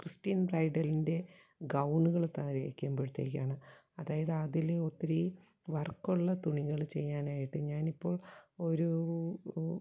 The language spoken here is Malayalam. ക്രിസ്ത്യൻ ബ്രൈഡലിൻ്റെ ഗൗണുകൾ തയ്ക്കുമ്പോഴത്തേക്കാണ് അതായത് അതിൽ ഒത്തിരി വർക്കുള്ള തുണികൾ ചെയ്യാനായിട്ട് ഞാനിപ്പോൾ ഒരൂ